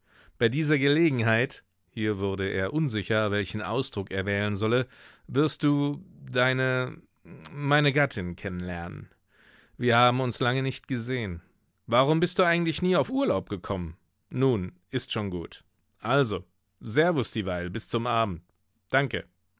bei dieser gelegenheit hier wurde er unsicher welchen ausdruck er wählen solle wirst du deine meine gattin kennenlernen wir haben uns lange nicht gesehen warum bist du eigentlich nie auf urlaub gekommen nun ist schon gut also servus dieweil bis zum abend danke